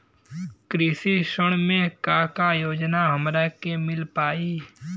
कृषि ऋण मे का का योजना हमरा के मिल पाई?